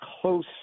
close